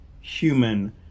human